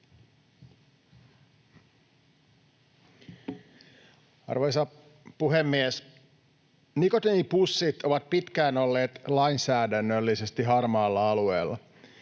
Arvoisa puhemies! Nikotiinipussit ovat pitkään olleet lainsäädännöllisesti harmaalla alueella.